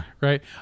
right